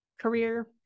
career